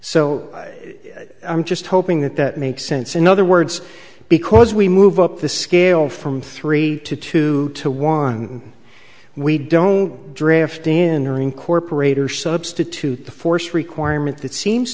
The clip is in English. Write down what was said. so i'm just hoping that that makes sense in other words because we move up the scale from three to two to one we don't draft in or incorporate or substitute the force requirement that seems